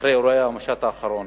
אחרי אירועי המשט האחרון.